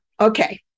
okay